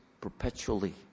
perpetually